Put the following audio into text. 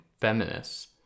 feminists